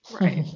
Right